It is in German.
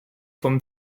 vom